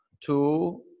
two